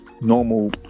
normal